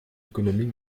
économique